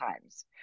times